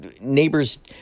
neighbors